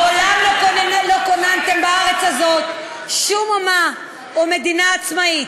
מעולם לא כוננתם בארץ הזאת שום אומה או מדינה עצמאית.